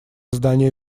здание